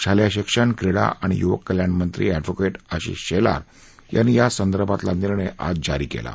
शालेय शिक्षण क्रीडा आणि युवक कल्याण मंत्री एडव्होकेट आशिष शेलार यांनी यांसंदर्भातला निर्णय आज जारी केला आहे